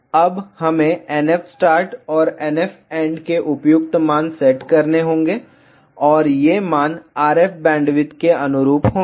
अब हमें NF start और NF एंड के उपयुक्त मान सेट करने होंगे और ये मान RF बैंडविड्थ के अनुरूप होंगे